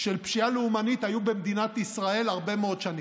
של פשיעה לאומנית היו במדינת ישראל הרבה מאוד שנים,